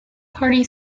party